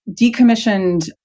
decommissioned